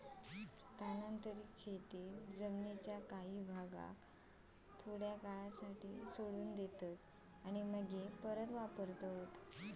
स्थानांतरीत शेतीत जमीनीच्या काही भागाक थोड्या काळासाठी सोडून देतात आणि मगे परत वापरतत